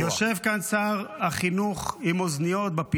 יושב כאן שר החינוך בפינה עם אוזניות.